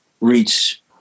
reach